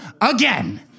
again